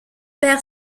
perd